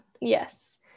Yes